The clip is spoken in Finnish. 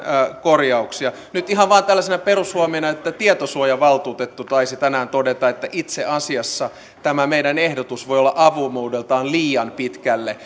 korjauksia nyt ihan vain tällaisena perushuomiona tietosuojavaltuutettu taisi tänään todeta että itse asiassa tämä meidän ehdotuksemme voi olla avoimuudeltaan liian pitkälle